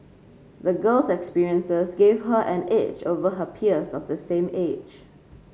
the girl's experiences gave her an edge over her peers of the same age